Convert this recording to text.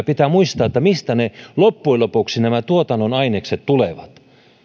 pitää kyllä muistaa mistä loppujen lopuksi nämä tuotannon ainekset tulevat